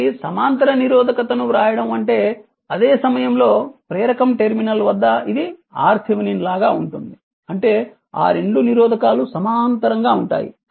కాబట్టి సమాంతర నిరోధకతను వ్రాయడం అంటే అదే సమయంలో ప్రేరకం టెర్మినల్ వద్ద ఇది Rథెవెనిన్ లాగా ఉంటుంది అంటే ఆ రెండు నిరోధకాలు సమాంతరంగా ఉంటాయి